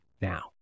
now